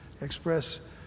express